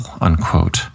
unquote